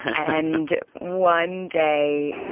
and one day,